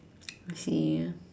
I see